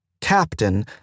captain